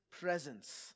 presence